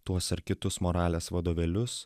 tuos ar kitus moralės vadovėlius